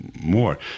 more